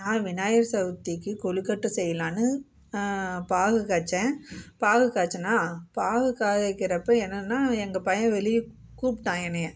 நான் விநாயகர் சதுர்த்திக்கு கொழுக்கட்டை செய்யலாம்னு பாகு காய்ச்சேன் பாகு காய்ச்சேன்னா பாகு காய வைக்கிறப்போ என்னன்னால் எங்கள் பையன் வெளியே கூப்பிட்டான் என்னை